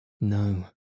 No